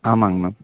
ஆமாங்க மேம்